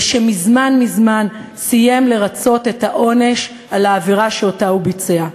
ושמזמן מזמן סיים לרצות את העונש על העבירה שביצע.